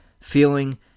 feeling